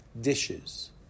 dishes